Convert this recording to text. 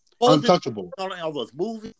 untouchable